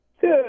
Good